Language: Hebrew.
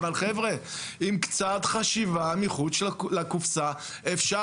אבל חבר'ה עם קצת חשיבה מחוץ לקופסה אפשר,